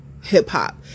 hip-hop